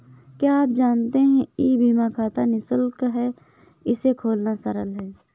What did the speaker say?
क्या आप जानते है ई बीमा खाता निशुल्क है, इसे खोलना सरल है?